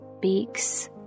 beaks